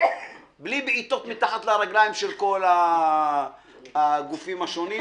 בלי בעיטות מתחת לרגליים של כל הגופים השונים.